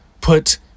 put